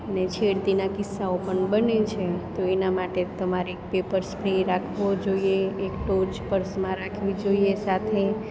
ને છેડતીના કિસ્સાઓ પણ બને છે તો એના માટે એક પેપર સ્પ્રે રાખવો જોઈએ એક ટોર્ચ પર્સમાં રાખવી જોઈએ સાથે